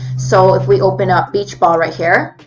so if we open up beach ball right here,